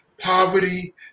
poverty